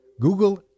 Google